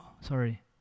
sorry